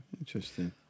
interesting